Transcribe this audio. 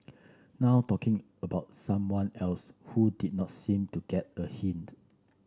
now talking about someone else who did not seem to get a hint